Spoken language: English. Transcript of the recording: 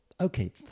okay